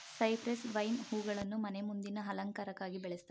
cypress vine ಹೂಗಳನ್ನು ಮನೆ ಮುಂದಿನ ಅಲಂಕಾರಕ್ಕಾಗಿ ಬೆಳಿತಾರೆ